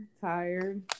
Tired